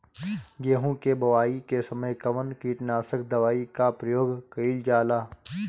गेहूं के बोआई के समय कवन किटनाशक दवाई का प्रयोग कइल जा ला?